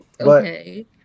okay